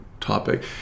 Topic